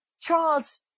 charles